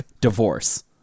Divorce